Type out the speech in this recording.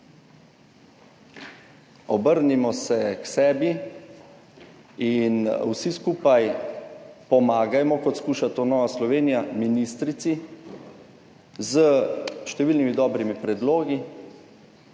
Obrnimo se k sebi in vsi skupaj pomagajmo, kot skuša to Nova Slovenija, ministrici s številnimi dobrimi predlogi,